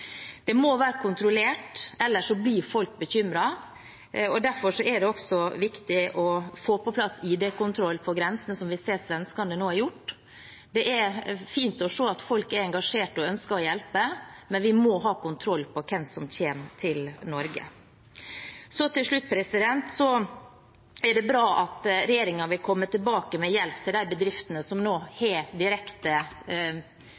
Det må være kontrollert, ellers blir folk bekymret. Derfor er det også viktig å få på plass ID-kontroll på grensen, som vi ser svenskene nå har gjort. Det er fint å se at folk er engasjert og ønsker å hjelpe, men vi må ha kontroll på hvem som kommer til Norge. Til slutt: Det er bra at regjeringen vil komme tilbake med hjelp til de bedriftene som